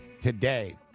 today